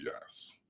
yes